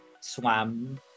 swam